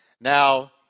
Now